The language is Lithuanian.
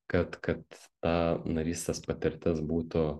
kad kad ta narystės patirtis būtų